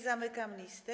Zamykam listę.